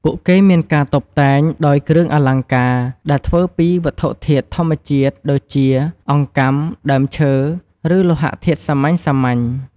ពួកគេមានការតុបតែងដោយ គ្រឿងអលង្ការ ដែលធ្វើពី វត្ថុធាតុធម្មជាតិ ដូចជា អង្កាំ ដើមឈើ ឬលោហធាតុសាមញ្ញៗ។